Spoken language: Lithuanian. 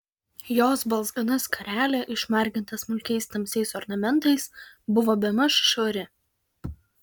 jos balzgana skarelė išmarginta smulkiais tamsiais ornamentais buvo bemaž švari